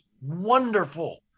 wonderful